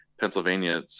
Pennsylvania